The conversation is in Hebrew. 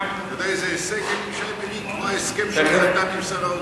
תראה איזה הישג, כמו ההסכם שהוא חתם עם שר האוצר.